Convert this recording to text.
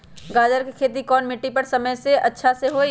गाजर के खेती कौन मिट्टी पर समय अच्छा से होई?